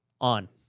on